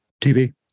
TV